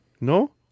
No